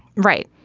right.